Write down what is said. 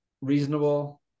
reasonable